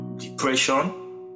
Depression